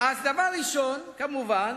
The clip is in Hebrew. אז דבר ראשון, כמובן